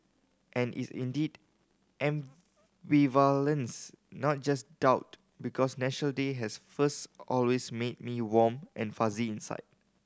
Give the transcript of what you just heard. and is indeed ambivalence not just doubt because National Day has first always made me warm and fuzzy inside